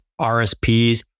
RSPs